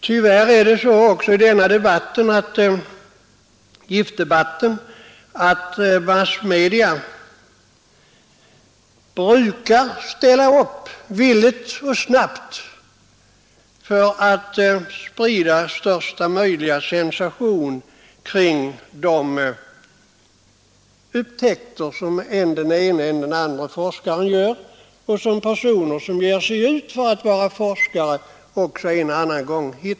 Tyvärr ställer massmedia villigt och snabbt upp i giftdebatten för att sprida största möjliga sensation kring upptäckter som görs av än den ena och än den andra forskaren eller av personer som ger sig ut för att vara forskare.